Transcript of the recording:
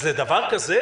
אז בדבר כזה,